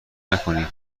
نکنین